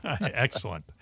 Excellent